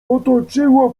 otoczyło